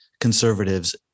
conservatives